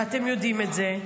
ואתם יודעים את זה.